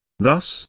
thus,